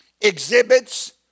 exhibits